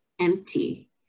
empty